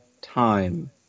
time